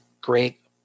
great